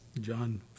John